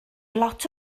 lot